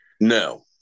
No